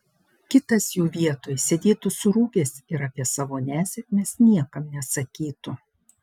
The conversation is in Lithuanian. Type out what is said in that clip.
kitas jų vietoj sėdėtų surūgęs ir apie savo nesėkmes niekam nesakytų